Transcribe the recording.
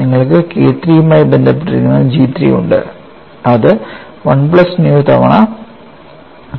നിങ്ങൾക്ക് K III മായി ബന്ധപ്പെട്ടിരിക്കുന്ന G III ഉണ്ട്അത് 1 പ്ലസ് ന്യൂ തവണ